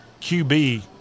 QB